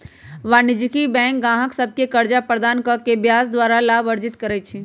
वाणिज्यिक बैंक गाहक सभके कर्जा प्रदान कऽ के ब्याज द्वारा लाभ अर्जित करइ छइ